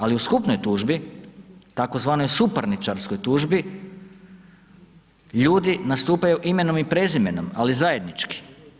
Ali u skupnoj tužbi tzv. suparničarskoj tužbi ljudi nastupaju imenom i prezimenom, ali zajednički.